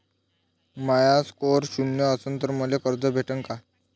माया score शून्य असन तर मले कर्ज भेटन का?